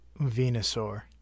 Venusaur